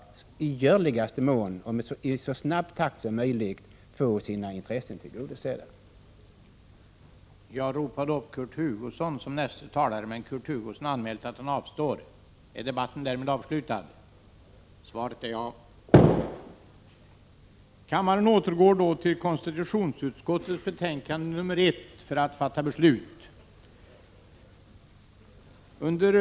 1986/87:7 och i så snabb takt som möjligt skall få sina intressen tillgodosedda. 15 oktober 1986